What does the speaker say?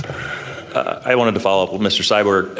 i wanted to follow up with mr. syberg.